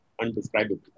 undescribable